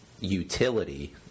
utility